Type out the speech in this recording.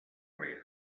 res